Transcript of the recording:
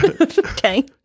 Okay